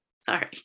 sorry